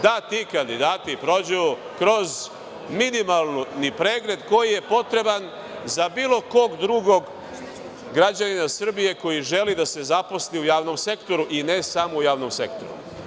Da ti kandidati prođu kroz minimalni pregled koji je potreban za bilo kog drugog građanina Srbije koji želi da se zaposli u javnom sektoru i ne samo u javnom sektoru.